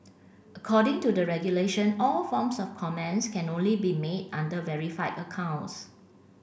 according to the regulation all forms of comments can only be made under verified accounts